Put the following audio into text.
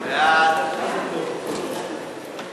בעד, 40, אין